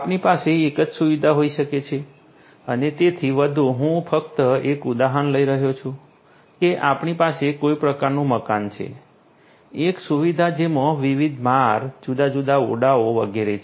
આપણી પાસે એક જ સુવિધા હોઈ શકે છે અને તેથી વધુ હું ફક્ત એક ઉદાહરણ લઈ રહ્યો છું કે આપણી પાસે કોઈ પ્રકારનું મકાન છે એક સુવિધા જેમાં વિવિધ માળ જુદા જુદા ઓરડાઓ વગેરે છે